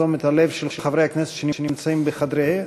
לתשומת הלב של חברי הכנסת שנמצאים בחדריהם,